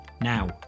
Now